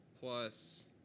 plus